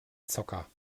zocker